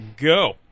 go